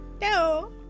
no